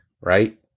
right